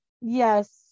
Yes